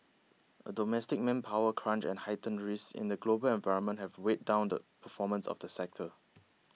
a domestic manpower crunch and heightened risks in the global environment have weighed down the performance of the sector